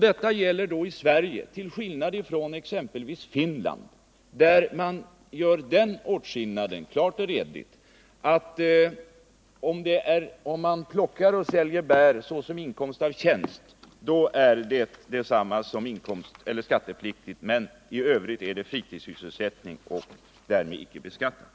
Det gäller i Sverige, till skillnad från exempelvis i Finland, där man gör den åtskillnaden — klart och redigt — att inkomst av tjänst i form av bäroch svampplockning är skattepliktig, medan bäroch svampplockning i övrigt betraktas som fritidssysselsättning och därmed inte skall beskattas.